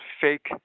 fake